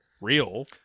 Real